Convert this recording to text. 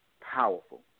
Powerful